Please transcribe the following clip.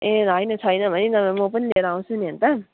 ए होइन छैन भने म पनि लिएर आउँछु नि अन्त